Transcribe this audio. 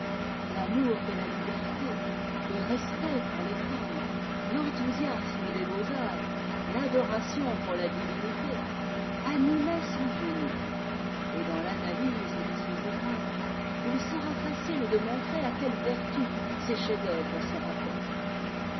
l'amour de la liberté le respect pour les femmes l'enthousiasme des beaux-arts ado ration pour la divinité animaient son génie et dans l'analyse de ses ouvrages il sera facile de montrer à quelle vertu ses chefs-d'œuvre se rapportent